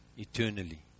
Eternally